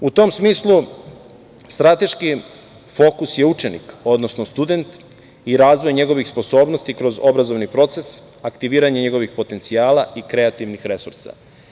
U tom smislu, strateški fokus je učenik, odnosno student i razvoj njegovih sposobnosti kroz obrazovni proces, aktiviranje njegovih potencijala i kreativnih resursa.